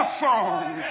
song